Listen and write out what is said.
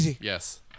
Yes